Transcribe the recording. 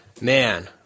man